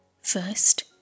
First